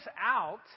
out